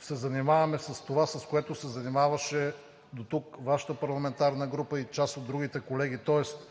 се занимаваме с това, с което се занимаваше дотук Вашата парламентарна група и част от другите колеги, тоест